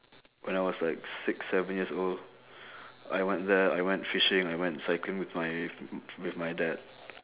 when I was like six seven years old I went there I went fishing I went cycling with my with my dad